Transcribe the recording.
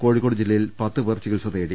കോഴിക്കോട് ജില്ലയിൽ പത്തുപേർ ചികിത്സ തേടി